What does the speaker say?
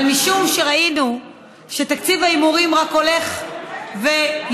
אבל משום שראינו שתקציב ההימורים רק הולך ויורד,